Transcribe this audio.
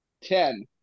Ten